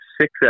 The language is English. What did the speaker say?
six